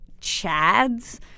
chads